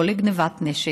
לא לגנבת נשק,